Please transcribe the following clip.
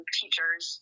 teachers